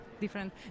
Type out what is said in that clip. different